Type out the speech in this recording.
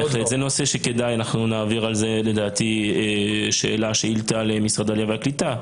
אנחנו נעביר על זה לדעתי שאילתה למשרד העלייה והקליטה,